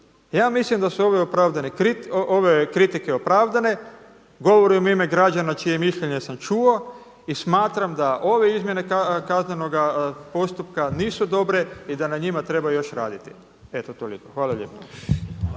Ja mislim da su ove kritike opravdane. Govorim u ime građana čije mišljenje sam čuo i smatram da ove izmjene kaznenoga postupka nisu dobre i da na njima treba još raditi. Eto toliko, hvala lijepa.